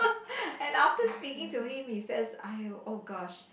and after speaking to him he says !aiyo! oh gosh